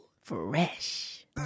Fresh